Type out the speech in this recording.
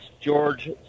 George